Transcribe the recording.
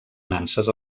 nanses